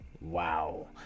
Wow